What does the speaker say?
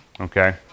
okay